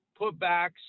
putbacks